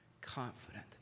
confident